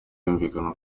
yumvikana